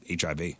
HIV